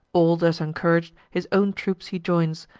all thus encourag'd, his own troops he joins,